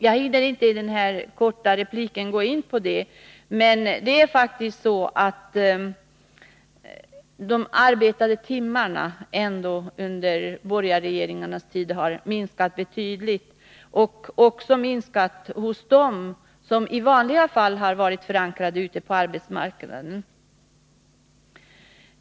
Jag hinner inte i den här korta repliken gå in närmare på detta, men antalet arbetade timmar har ändå under borgarregeringens tid minskat betydligt, också när det gäller dem som i vanliga fall varit förankrade ute på arbetsmarknaden.